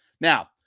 Now